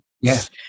Yes